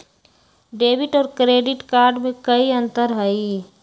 Debit और credit card में कई अंतर हई?